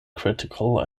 critical